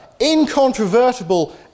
incontrovertible